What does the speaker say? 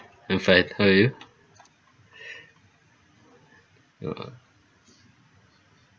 I'm fine how are you !wah!